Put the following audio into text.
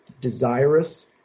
desirous